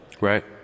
Right